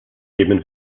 geben